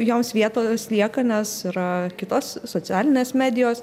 joms vietos lieka nes yra kitos socialinės medijos